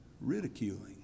ridiculing